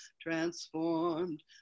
transformed